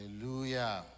Hallelujah